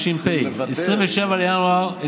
אבל אנחנו עדיין רחוקים מסיום המשימה.